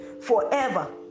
forever